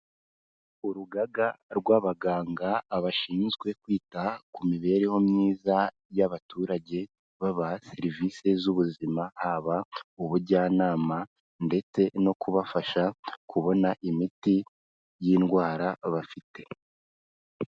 Urugaga rw'abaganga, abashinzwe kwita ku mibereho myiza y'abaturage, babaha serivise z'ubuzima haba ubujyanama, ndetse no kubafasha kubona imiti y'indwara bafite.